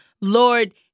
Lord